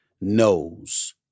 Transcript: Knows